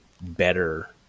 better